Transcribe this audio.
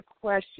question